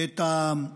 גם את הריבוי,